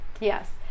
yes